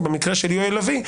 או במקרה של יואל לביא,